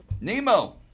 Nemo